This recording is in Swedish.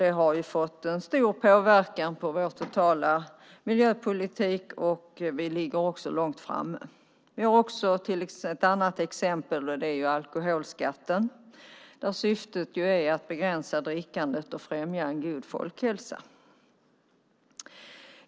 Det har ju fått en stor påverkan på vår totala miljöpolitik, och vi ligger långt framme. Vi har också ett annat exempel, och det är alkoholskatten, där syftet är att begränsa drickandet och främja en god folkhälsa.